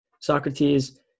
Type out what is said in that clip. Socrates